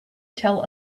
tell